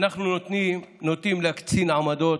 אנחנו נוטים להקצין עמדות,